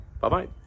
Bye-bye